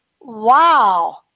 Wow